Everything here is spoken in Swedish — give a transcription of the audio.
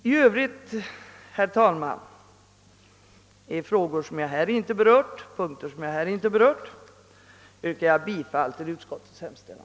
I övrigt, herr talman, yrkar jag beträffande punkter som jag här inte berört bifall till utskottets hemställan.